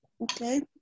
Okay